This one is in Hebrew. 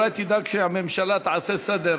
אולי תדאג שהממשלה תעשה סדר.